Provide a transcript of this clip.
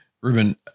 Ruben